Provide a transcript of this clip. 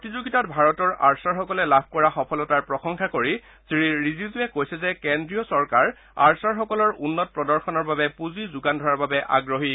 প্ৰতিযোগিতাত ভাৰতৰ আৰ্চাৰসকলে লাভ কৰা সফলতাৰ প্ৰশংসা কৰি শ্ৰীৰিজিজুৱে কৈছে যে কেন্দ্ৰীয় চৰকাৰ আৰ্চাৰসকলৰ উন্নত প্ৰদৰ্শনৰ বাবে পুঁজি যোগান ধৰাৰ বাবে আগ্ৰহী